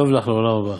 וטוב לך לעולם הבא.